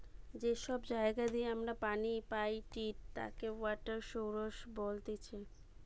যে সব জায়গা দিয়ে আমরা পানি পাইটি তাকে ওয়াটার সৌরস বলতিছে